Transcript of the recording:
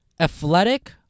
athletic